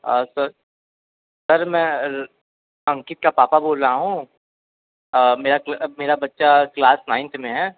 sir sir मैं अंकित का पापा बोल रहा हूँ मेरा मेरा बच्चा क्लास नाइंथ में है